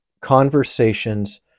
conversations